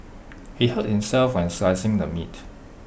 he hurt himself while slicing the meat